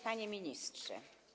Panie Ministrze!